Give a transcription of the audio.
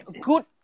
Good